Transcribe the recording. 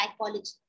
psychology